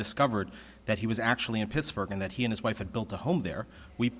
discovered that he was actually in pittsburgh and that he and his wife had built a home there we